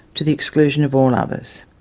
to the exclusion of all others.